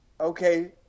okay